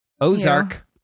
Ozark